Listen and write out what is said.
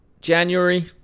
January